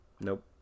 Nope